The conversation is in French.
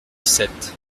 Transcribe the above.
sept